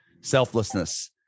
selflessness